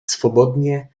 swobodnie